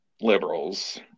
liberals